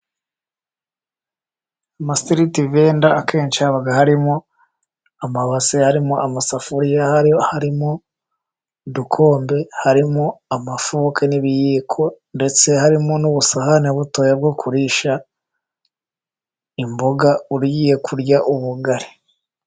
Amaseritivenda akenshi haba harimo amabase, harimo amasafuriya, harimo udukombe, harimo amafoke, n'ibiyiko. Ndetse harimo n'ubusahane butoya bwo kurisha imboga ugiye kurya ubugari.